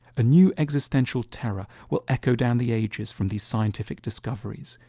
a new existential terror will echo down the ages from these scientific discoveries.